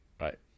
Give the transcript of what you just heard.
Right